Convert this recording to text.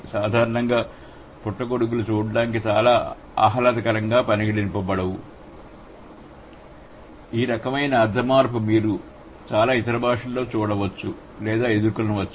సాధారణంగా పుట్టగొడుగులు చూడటానికి చాలా ఆహ్లాదకరంగా పరిగణించబడవు ఈ రకమైన అర్థ మార్పు మీరు చాలా ఇతర భాషలలో మీరు చూడవచ్చు లేదా ఎదుర్కొనవచ్చు